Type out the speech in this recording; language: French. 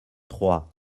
trois